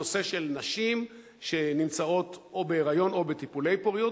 נשים שנמצאות בהיריון או בטיפולי פוריות,